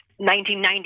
1990